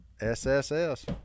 S-S-S